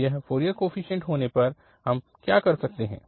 तो अब Fourier coefficient होने पर हम क्या कर सकते हैं